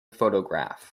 photograph